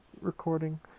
recording